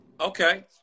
Okay